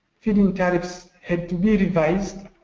feed in tariffs had to be revised